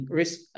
risk